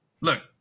look